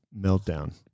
meltdown